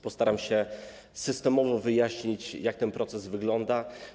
Postaram się systemowo wyjaśnić, jak ten proces wygląda.